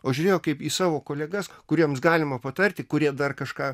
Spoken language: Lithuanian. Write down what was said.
o žiūrėjo kaip į savo kolegas kuriems galima patarti kurie dar kažką